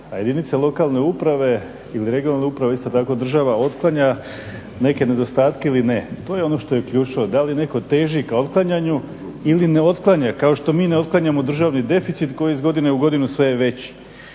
jedinice lokalne ili regionalne uprave isto tako država otklanja neke nedostatke ili ne. To je ono što je ključno, da li netko teži k otklanjanju ili ne otklanja kao što mi ne otklanjamo državni deficit koji je iz godine u godinu sve veći.